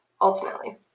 ultimately